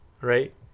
right